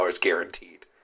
guaranteed